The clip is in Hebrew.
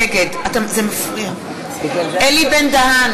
נגד אלי בן-דהן,